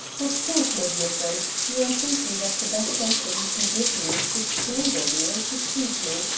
of course, my dear friend, you are thinking that the best answer you can give me is to strangle me or to shoot me,